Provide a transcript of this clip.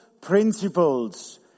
principles